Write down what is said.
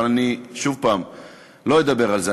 אבל, שוב, אני לא אדבר על זה.